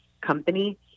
company